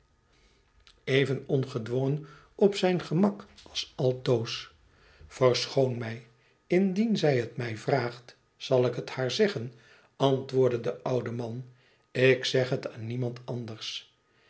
even ongedwongen op zijn gemak als altoos verschoon mij indien zij het mij vraagt zal ik het haar zeggen antwoordde de oude man ik zeg het aan niemand anders